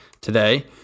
today